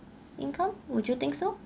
income would you think so